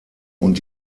und